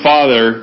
Father